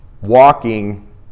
walking